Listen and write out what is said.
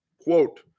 quote